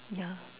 yeah